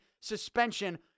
suspension